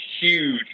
huge